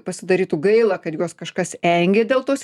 pasidarytų gaila kad juos kažkas engia dėl tos